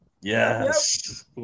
Yes